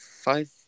five